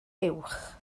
uwch